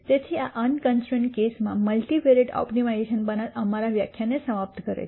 તેથી આ અનકન્સ્ટ્રૈન્ટ કેસમાં મલ્ટિવેરિયેટ ઓપ્ટિમાઇઝેશન પરના અમારા વ્યાખ્યાનને સમાપ્ત કરે છે